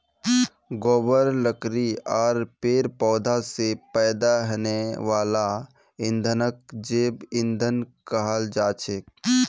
गोबर लकड़ी आर पेड़ पौधा स पैदा हने वाला ईंधनक जैव ईंधन कहाल जाछेक